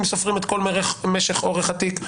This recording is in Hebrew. אם סופרים את כל משך התיק.